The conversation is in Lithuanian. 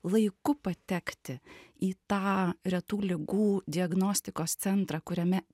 laiku patekti į tą retų ligų diagnostikos centrą kuriame